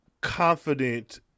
confident